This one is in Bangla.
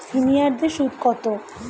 সিনিয়ারদের সুদ কত?